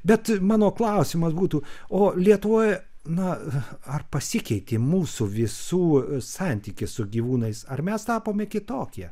bet mano klausimas būtų o lietuvoj na ar pasikeitė mūsų visų santykis su gyvūnais ar mes tapome kitokie